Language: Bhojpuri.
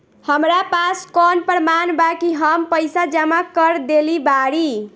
हमरा पास कौन प्रमाण बा कि हम पईसा जमा कर देली बारी?